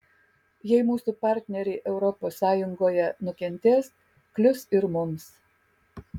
jei mūsų partneriai europos sąjungoje nukentės klius ir mums